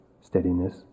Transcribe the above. steadiness